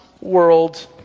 world